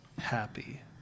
happy